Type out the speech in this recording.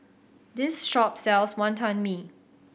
this shop sells Wantan Mee